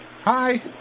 Hi